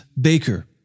baker